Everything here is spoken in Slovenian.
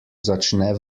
začne